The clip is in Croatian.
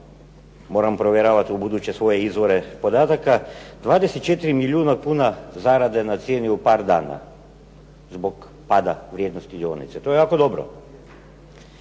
Moram provjeravat ubuduće svoje izvore podataka. 24 milijuna kuna zarade na cijeni u par dana zbog pada vrijednosti dionice. To je jako dobro.